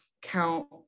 count